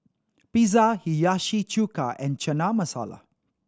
Pizza Hiyashi Chuka and Chana Masala